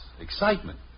excitement